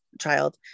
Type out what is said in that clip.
child